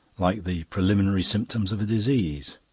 like the preliminary symptoms of a disease.